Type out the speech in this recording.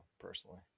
personally